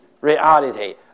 reality